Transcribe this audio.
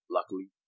Luckily